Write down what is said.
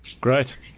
Great